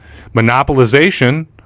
Monopolization